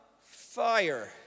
fire